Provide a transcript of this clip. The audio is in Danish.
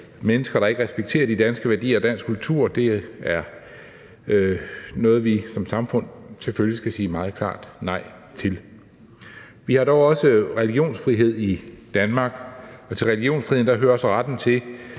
mennesker ikke respekterer de danske værdier og dansk kultur, er noget, vi som samfund selvfølgelig skal sige meget klart nej til. Vi har dog også religionsfrihed i Danmark, og til religionsfriheden hører så retten til